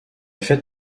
fête